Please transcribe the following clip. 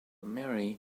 mary